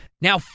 Now